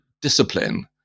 discipline